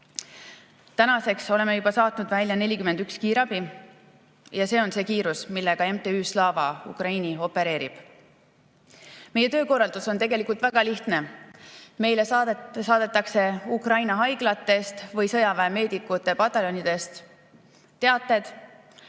Tänaseks oleme juba saatnud välja 41 kiirabiautot – see on kiirus, millega MTÜ Slava Ukraini opereerib. Meie töökorraldus on tegelikult väga lihtne. Meile saadetakse Ukraina haiglatest või sõjaväe meditsiinipataljonidest täpne